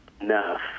enough